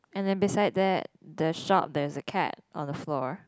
and then beside that the shop there's a cat on the floor